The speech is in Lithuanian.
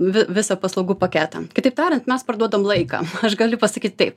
vi visą paslaugų paketą kitaip tariant mes parduodam laiką aš galiu pasakyt taip